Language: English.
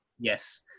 Yes